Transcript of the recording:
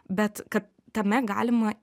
bet kad tame galima